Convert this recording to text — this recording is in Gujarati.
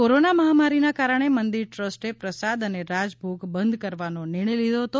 કોરોના મહામારીનાં કારણે મંદિર ટ્રસ્ટે પ્રસાદ અને રાજભોગ બંધ કરવાનો નિર્ણય લીધો હતો